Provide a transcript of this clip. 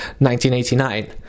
1989